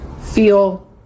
feel